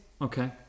okay